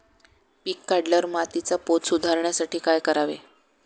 पीक काढल्यावर मातीचा पोत सुधारण्यासाठी काय करावे?